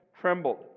trembled